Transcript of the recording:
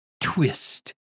twist